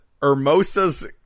Hermosa's